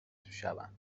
شوند